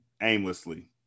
aimlessly